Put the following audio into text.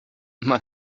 man